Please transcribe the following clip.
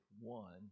one